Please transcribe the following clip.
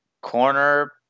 corner